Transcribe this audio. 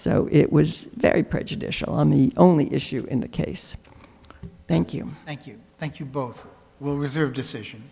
so it was very prejudicial the only issue in the case thank you thank you thank you both will reserve decision